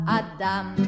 adam